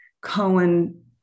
Cohen